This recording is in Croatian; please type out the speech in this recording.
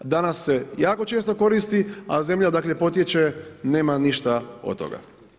Danas se jako često koristi, a zemlja odakle potiče nema ništa od toga.